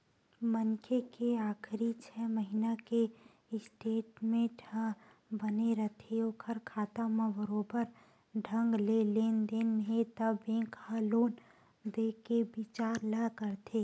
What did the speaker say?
मनखे के आखरी छै महिना के स्टेटमेंट ह बने रथे ओखर खाता म बरोबर ढंग ले लेन देन हे त बेंक ह लोन देय के बिचार ल करथे